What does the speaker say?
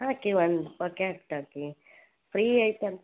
ಹಾಕಿ ಒಂದು ಪಕೆಟ್ ಹಾಕಿ free item